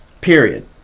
period